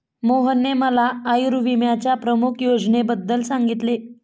मोहनने मला आयुर्विम्याच्या प्रमुख योजनेबद्दल सांगितले